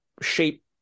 shape